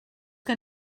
que